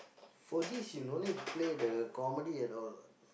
for this you no need play the comedy at all what